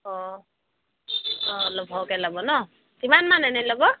অঁ অঁ কে ল'ব ন কিমানমান এনেই ল'ব